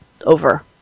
over